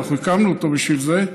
אנחנו הקמנו אותו בשביל זה,